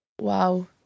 wow